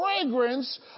fragrance